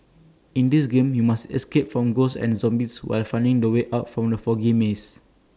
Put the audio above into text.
in this game you must escape from ghosts and zombies while finding the way out from the foggy maze